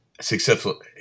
successful